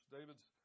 David's